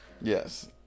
Yes